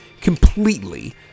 Completely